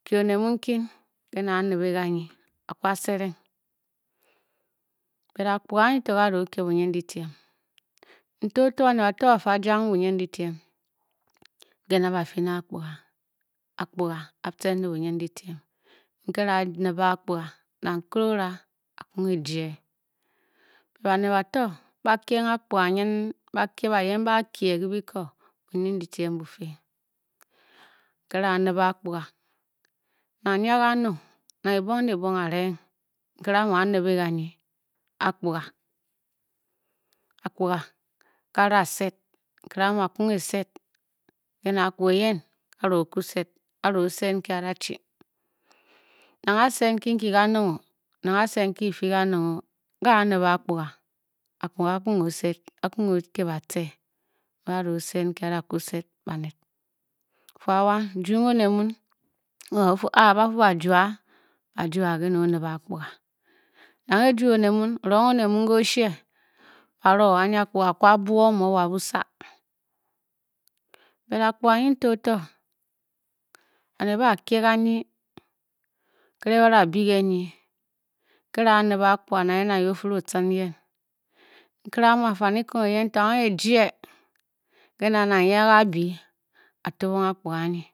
Ke oned nken kena Nehe kanye akwa serenk hen apkorga aiyen tor ara ke boyen ketan nnele otor baned bator ba fa jang boyen lefem na nku ba pene apkorka, apkorga alem le boyen letem apkuga na ntule ora a akun ne ke je be baned ba tor ba ke aporka nyen bayen ba ko he bekor boyen letem boke nkele anen aporka, aphorga akun ne osed akun ar ke bate ba ro sed nke bareo ku sed baned of awang nyung oned mu otu ah bafu ba jwa. Baju kena debe apkorga na ke ju oned mune le tuong oned mu le okhe mu apikonga atu aboon oyor wa basa kena nye ba kwan na yen na yen otde otem yen nkele amu atne kung nyen aje kena nayen abi atom apkorga